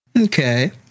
Okay